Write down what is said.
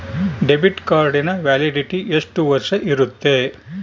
Debit ಕಾರ್ಡಿನ validity ಎಷ್ಟು ವರ್ಷ ಇರುತ್ತೆ?